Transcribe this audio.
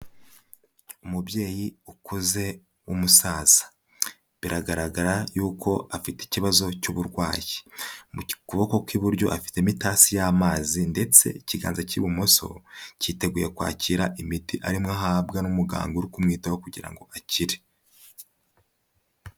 Umubyeyi ukuze w'umusaza biragaragara y'uko afite ikibazo cy'uburwayi. Mu kuboko kw'iburyo afitemo itasi y'amazi ndetse ikiganza cy'ibumoso, cyiteguye kwakira imiti arimo ahabwa n'umuganga uri kumwitaho kugira ngo akire.